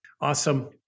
Awesome